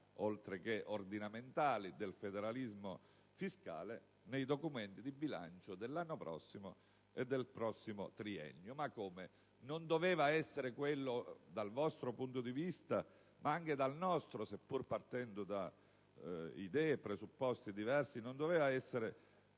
oltre che ordinamentali del federalismo fiscale nei documenti di bilancio dell'anno prossimo e del prossimo triennio. Ma il federalismo non doveva essere, dal vostro punto di vista ma anche dal nostro, seppure partendo da idee e presupposti differenti, l'avvio